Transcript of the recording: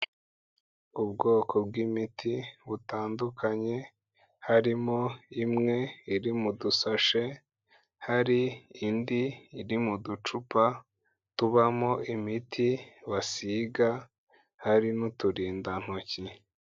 Ubwoko bw'imiti butandukanye, harimo imwe iri mu dusashe, hari indi iri mu ducupa tubamo imiti basiga, hari n'uturindantoki.